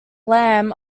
lam